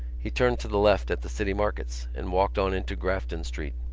he turned to the left at the city markets and walked on into grafton street.